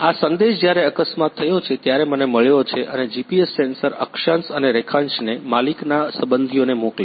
આ સંદેશ જ્યારે અકસ્માત થયો છે ત્યારે મને મળ્યો છે અને જીપીએસ સેન્સર અક્ષાંશ અને રેખાંશને માલિકના સંબંધીઓને મોકલે છે